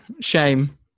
shame